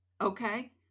Okay